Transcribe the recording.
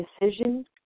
decision